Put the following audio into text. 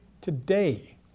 today